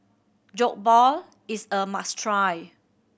Jokbal is a must try